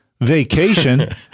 vacation